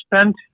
spent